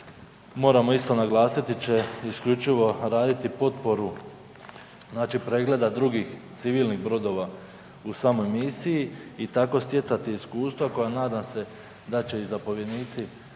moramo isto naglasiti će isključivo raditi potporu pregleda drugih civilnih brodova u samoj misiji i tako stjecati iskustva koja nadam se da će i zapovjednici